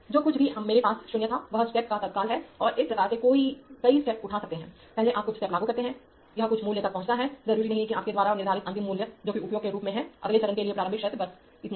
जो कुछ भी मेरे पास 0 था वह स्टेप का तत्काल है और इस प्रकार से आप कई स्टेप उठा सकते हैं पहले आप कुछ स्टेप लागू करते हैं यह कुछ मूल्य तक पहुंचता है जरूरी नहीं कि आपके द्वारा निर्धारित अंतिम मूल्य जो कि उपयोग के रूप में है अगले चरण के लिए प्रारंभिक शर्त बस इतना ही